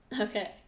Okay